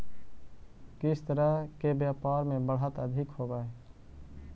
किस तरह के व्यापार में बढ़त अधिक होवअ हई